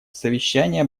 совещание